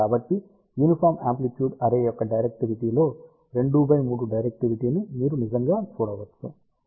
కాబట్టి uniform amplitude array యొక్క డైరెక్టివిటీలో 23 డైరెక్టివిటీని మీరు నిజంగా చూడవచ్చు